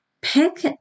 pick